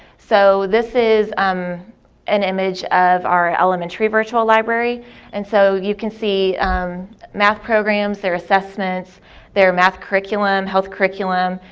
so this is um an image of our elementary virtual library and so, you can see math programs, their assessments their math math curriculum, health curriculum,